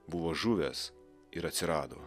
buvo žuvęs ir atsirado